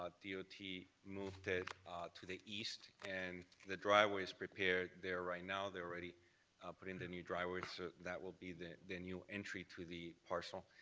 d o t. moved it to the east, and the driveway is prepared there right now, they're already putting the new driveway, so that will be the the new entry to the parcel.